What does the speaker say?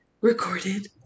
recorded